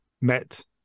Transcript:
met